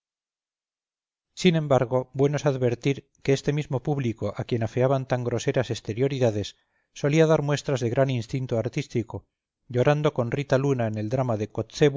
sin embargo bueno es advertir que este mismo público a quien afeaban tan groseras exterioridades solía dar muestras de gran instinto artístico llorando con rita luna en el drama de